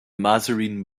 mazarine